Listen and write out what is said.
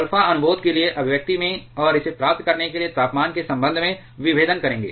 alpha अनुबोध के लिए अभिव्यक्ति में और इसे प्राप्त करने के लिए तापमान के संबंध में विभेदन करें